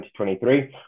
2023